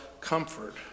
comfort